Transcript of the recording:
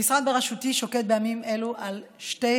המשרד בראשותי שוקד בימים אלו על שתי